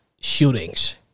shootings